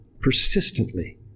persistently